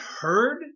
heard